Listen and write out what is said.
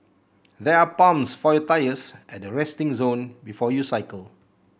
there are pumps for your tyres at the resting zone before you cycle